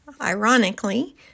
ironically